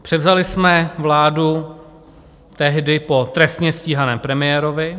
Převzali jsme vládu tehdy po trestně stíhaném premiérovi.